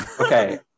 Okay